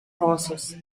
horses